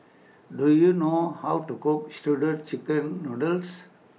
Do YOU know How to Cook Shredded Chicken Noodles